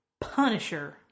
Punisher